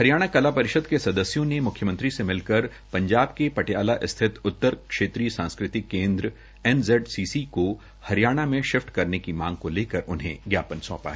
हरियाणा कला परिषद के सदस्यों ने मुख्यमंत्री से मिलकर पंजाब के पटियाला स्थित उत्तर क्षेत्रीय सांस्कृतिक केंद्र एनजेडसीसी को हरियाणा में शिफ्ट करने की मांग को लेकर उन्हें ज्ञापनसौंपा